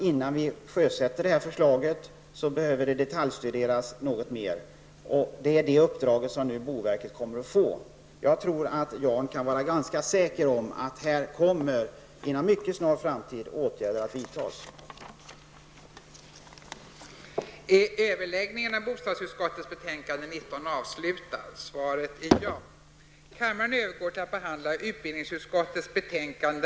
Innan förslaget sjösätts, behöver det detaljstuderas något mera, och det kommer boverket att få i uppdrag. Jag tror att Jan Strömdahl kan vara ganska säker på att det inom en mycket snar framtid kommer att vidtas åtgärder.